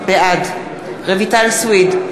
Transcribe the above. בעד רויטל סויד,